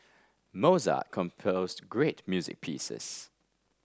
Mozart composed great music pieces